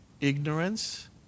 ignorance